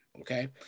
Okay